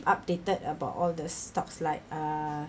updated about all the stocks like err